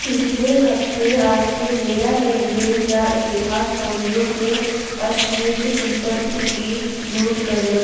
पिछले हफ्ते आस्तै मेरा लेन देन दा इतिहास खोह्ल्लेओ ते अशमीत संपर्क गी म्यूट करयो